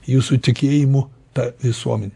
jūsų tikėjimu ta visuomene